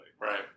right